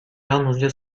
yalnızca